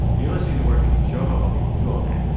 you're listening to working the show about what people do all day.